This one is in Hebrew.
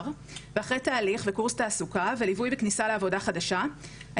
ואחרי תהליך וקורס תעסוקה וליווי וכניסה לעבודה חדשה,